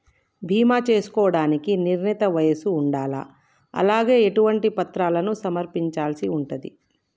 బీమా చేసుకోవడానికి నిర్ణీత వయస్సు ఉండాలా? అలాగే ఎటువంటి పత్రాలను సమర్పించాల్సి ఉంటది?